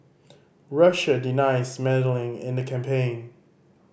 Russia denies meddling in the campaign